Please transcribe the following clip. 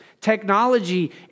Technology